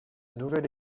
nouvelle